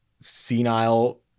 senile